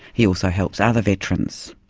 he also helps other veterans.